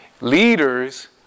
leaders